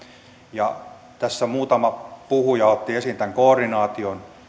tässä muutama puhuja otti esiin koordinaation